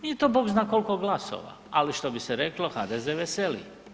Nije to bog zna koliko glasova, ali što bi se reklo, HDZ veseli.